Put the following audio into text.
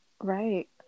right